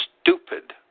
stupid